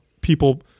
people